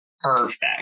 perfect